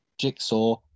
Jigsaw